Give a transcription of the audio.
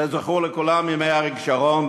זה זכור לכולם מימי אריק שרון,